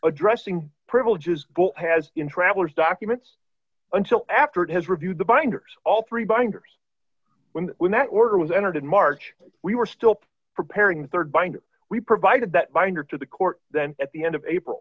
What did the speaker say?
addressing privileges has in traveller's documents until after it has reviewed the binders all three binders when when that order was entered in march we were still preparing the rd binder we provided that binder to the court then at the end of april